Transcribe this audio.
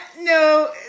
no